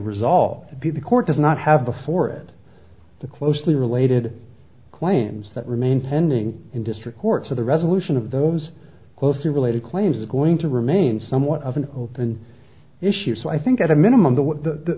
resolve to be the court does not have before it the closely related claims that remain pending in district court for the resolution of those closely related claims is going to remain somewhat of an open issue so i think at a minimum the